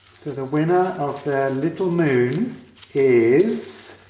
so the winner of the little moon is.